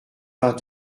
vingt